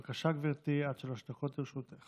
בבקשה, גברתי, עד שלוש דקות לרשותך.